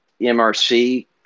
mrc